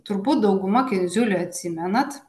turbūt dauguma kindziulį atsimenat